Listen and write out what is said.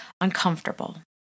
uncomfortable